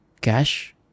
cash